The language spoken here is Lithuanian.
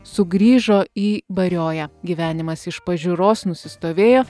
sugrįžo į barioją gyvenimas iš pažiūros nusistovėjo